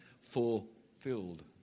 fulfilled